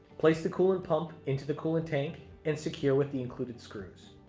place the coolant pump into the coolant tank, and secure with the included screws.